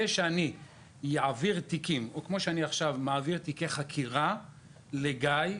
זה שאני מעביר את תיקי החקירה לגיא,